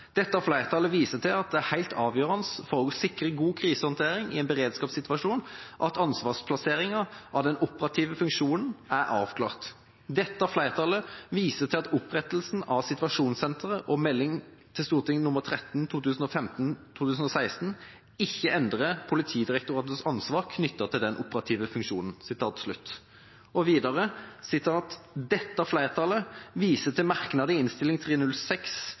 flertallet viser til at det er helt avgjørende for å sikre god krisehåndtering i en beredskapssituasjon at ansvarsplasseringen av den operative funksjonen er avklart. Dette flertallet viser til at opprettelsen av situasjonssenteret og Meld. St. 13 ikke endrer Politidirektoratets ansvar knyttet til den operative funksjon. Dette flertallet viser til merknad i Innst. 306 S om nærpolitireformen fra Arbeiderpartiet, Høyre, Fremskrittspartiet og